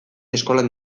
eskolan